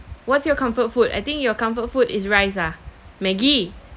what's your comfort food I think your comfort food is rice ah maggie